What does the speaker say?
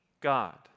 God